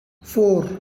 four